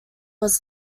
was